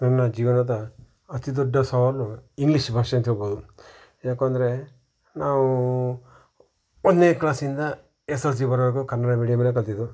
ನನ್ನ ಜೀವನದ ಅತಿದೊಡ್ಡ ಸವಾಲು ಇಂಗ್ಲೀಷ್ ಭಾಷೆ ಅಂತ ಹೇಳ್ಬೋದು ಯಾಕೆಂದ್ರೆ ನಾವು ಒಂದನೇ ಕ್ಲಾಸಿಂದ ಎಸ್ ಎಲ್ ಸಿವರೆಗೂ ಕನ್ನಡ ಮೀಡಿಯಮಲ್ಲೇ ಕಲಿತಿದ್ದು